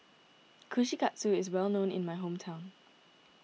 Kushikatsu is well known in my hometown